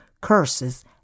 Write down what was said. curses